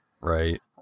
Right